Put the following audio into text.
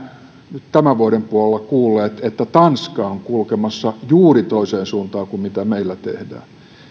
nyt tämän vuoden puolella kuulleet että tanska on kulkemassa juuri toiseen suuntaan kuin mitä meillä